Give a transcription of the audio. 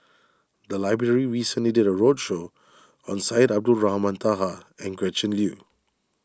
the library recently did a roadshow on Syed Abdulrahman Taha and Gretchen Liu